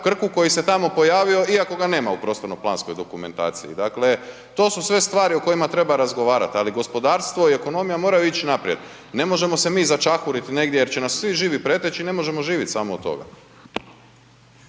Krku koji se tamo pojavio iako ga nema u prostorno-planskoj dokumentaciji. Dakle, to su sve stvari o kojima treba razgovarat, ali gospodarstvo i ekonomija moraju ići naprijed. Ne možemo se mi začahuriti negdje jer će nas svi živi preteći i ne možemo živit samo od toga.